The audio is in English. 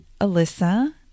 Alyssa